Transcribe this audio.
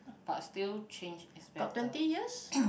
but still change is better